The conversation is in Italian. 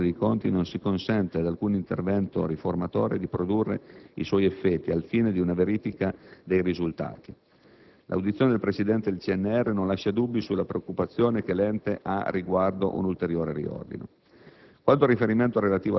In tal modo, osserva la Corte dei conti, non si consente ad alcun intervento riformatore di produrre i suoi effetti al fine di una verifica dei risultati. L'audizione del presidente del CNR non lascia dubbi sulla preoccupazione che l'ente ha riguardo ad un'ulteriore riordino.